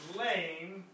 lame